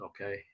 Okay